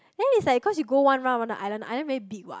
then it's like cause you go one round on the island the island very big what